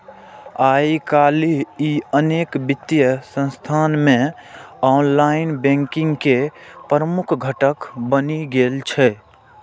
आइकाल्हि ई अनेक वित्तीय संस्थान मे ऑनलाइन बैंकिंग के प्रमुख घटक बनि गेल छै